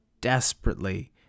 desperately